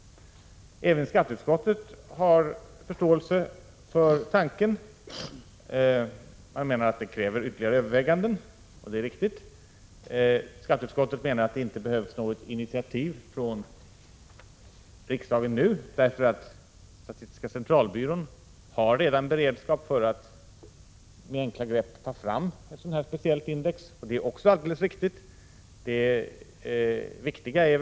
Även skatteutskottet har förståelse för tanken. Man menar att ytterligare överväganden krävs, och det är riktigt. Skatteutskottet menar att det inte behövs något initiativ från riksdagen nu, därför att statistiska centralbyrån redan har beredskap att med enkla grepp ta fram ett sådant här speciellt. index. Det är också alldeles riktigt. Det viktiga är väl att man Prot.